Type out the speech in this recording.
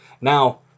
Now